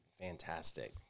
fantastic